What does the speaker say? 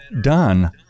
done